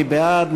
מי בעד?